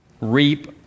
Reap